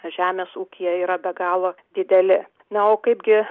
žemės ūkyje yra be galo dideli na o kaipgi